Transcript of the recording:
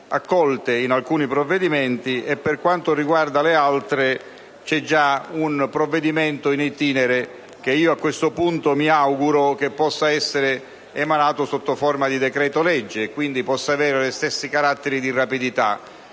accolte in alcuni provvedimenti e, per quanto riguarda le altre, c'è già un provvedimento *in itinere* che, a questo punto, mi auguro possa essere emanato sotto forma di decreto-legge e, quindi, possa avere gli stessi caratteri di rapidità.